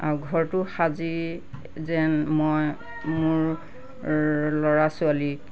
আৰু ঘৰটো সাজি যেন মই মোৰ ল'ৰা ছোৱালীক